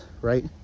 right